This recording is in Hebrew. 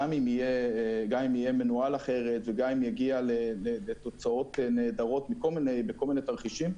גם אם יהיה מנוהל אחרת וגם אם יגיע לתוצאות נהדרות בכל מיני תרחישים,